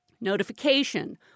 notification